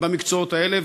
במקצועות האלה.